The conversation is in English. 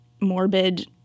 morbid